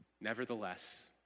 Nevertheless